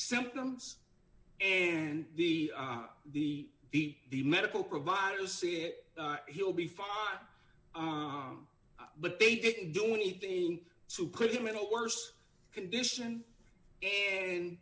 symptoms and the the the the medical providers see it he'll be fine but they didn't do anything to put him in a worse condition and